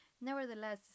nevertheless